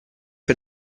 per